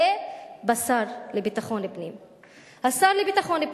אחרי כל זה, היה צריך ערעור, אדוני היושב-ראש,